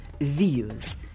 views